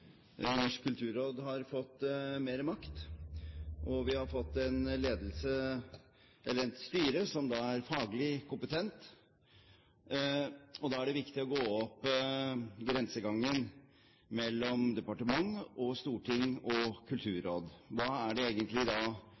Norsk kulturråd har fått mer makt, og vi har fått et styre som er faglig kompetent. Da er det viktig å gå opp grensegangen mellom departement, storting og kulturråd. Hvor langt går Kulturrådets fullmakter, og hva er det egentlig